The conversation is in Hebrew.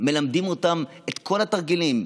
ומלמדים אותם את כל התרגילים.